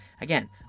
again